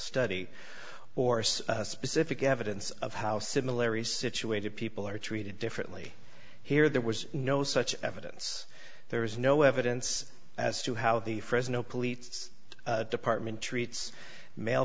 study or some specific evidence of how similary situated people are treated differently here there was no such evidence there is no evidence as to how the fresno police department treats male